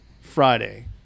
Friday